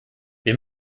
wir